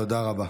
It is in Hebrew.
תודה רבה.